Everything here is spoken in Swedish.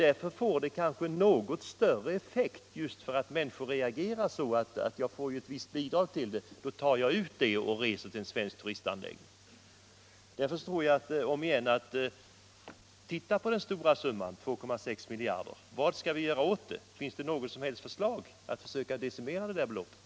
Då får kanske denna subvention en något större effekt, eftersom människorna troligen reagerar så. Om de får ett visst bidrag till resan, så tar de det och reser till en svensk turistanläggning. Och vad kan vi annars göra åt det stora beloppet 2,6 miljarder? Är det någon som har ett förslag på hur vi skall decimera det beloppet?